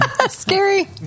Scary